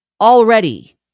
already